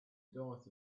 diet